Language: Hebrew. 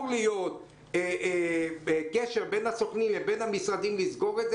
להיות בקשר בין הסוכנים לבין המשרדים לסגור את זה".